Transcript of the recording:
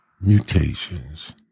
mutations